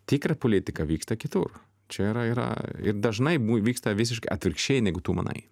tikra politika vyksta kitur čia yra yra ir dažnai vyksta visiškai atvirkščiai negu tu manai